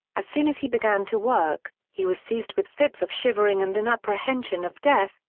as soon as he began to work, he was seized with fits of shivering and an apprehension of death,